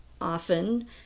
often